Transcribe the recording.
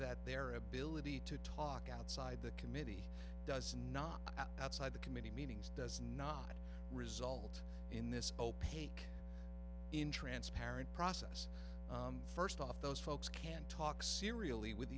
that their ability to talk outside the committee does not outside the committee meetings does not result in this opaque in transparent process first off those folks can't talk serially with